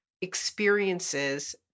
experiences